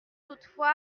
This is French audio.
toutefois